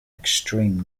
extreme